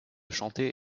chanter